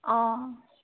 অঁ